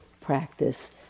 practice